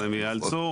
אני גם צריך להתרגל.